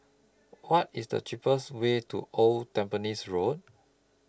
What IS The cheapest Way to Old Tampines Road